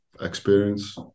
experience